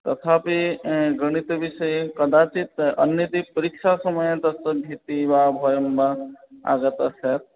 तथापि गणितविषये कदाचित् अन्य यदि परीक्षा समये तत् भीतिः वा भयं वा आगता स्यात्